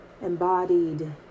embodied